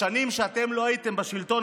בשנים שאתם לא הייתם בשלטון,